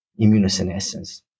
immunosenescence